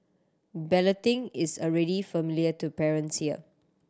balloting is a really familiar to parents here